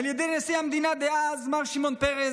על ידי נשיא המדינה דאז מר שמעון פרס,